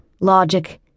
Logic